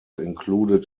included